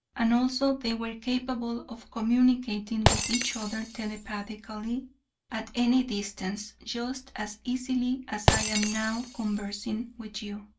and also they were capable of communicating with each other telepathically at any distance just as easily as i am now conversing with you.